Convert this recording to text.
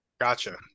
Gotcha